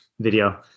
video